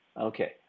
Okay